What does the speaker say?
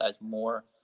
more